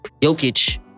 Jokic